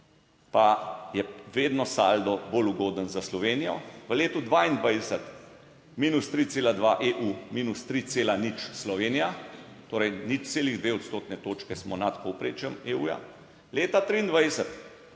pa je vedno saldo bolj ugoden za Slovenijo. V letu 2022 minus 3,2 EU, minus 3,0 Slovenija, torej 0,2 odstotne točke, smo nad povprečjem EU, leta 2023